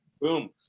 Boom